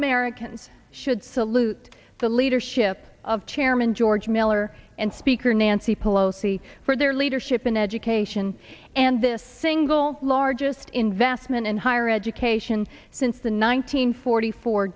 americans should salute the leadership of chairman george miller and speaker nancy pelosi for their leadership in education and this single largest investment in higher education since the nine hundred forty four